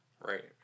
Right